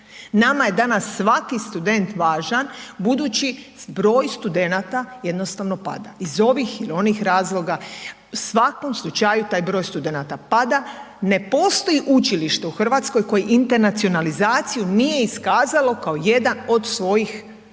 nama je danas svaki student važan budući broj studenata jednostavno pada iz ovih ili onih razloga, u svakom slučaju taj broj studenata pada, ne postoji učilište u RH koje internacionalizaciju nije iskazalo kao jedan od svojih osnovnih